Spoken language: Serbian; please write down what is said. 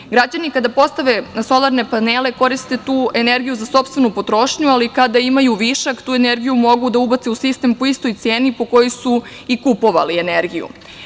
Kada građani postave solarne panele, koriste tu energiju za sopstvenu potrošnju, ali kada imaju višak, tu energiju mogu da ubace u sistem, po istoj ceni po kojoj su i kupovali energiju.